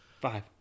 Five